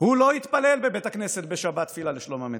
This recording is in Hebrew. הוא לא יתפלל בבית הכנסת בשבת תפילה לשלום המדינה.